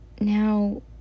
Now